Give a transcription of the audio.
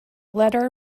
letter